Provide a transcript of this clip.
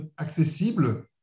accessible